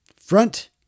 front